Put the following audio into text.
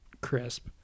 crisp